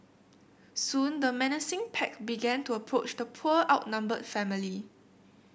soon the menacing pack began to approach the poor outnumbered family